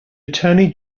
attorney